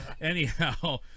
Anyhow